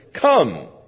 come